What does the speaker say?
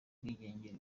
ibitwenge